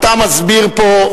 אתה מסביר פה,